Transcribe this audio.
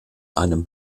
einen